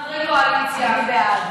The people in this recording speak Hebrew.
אין בעיה.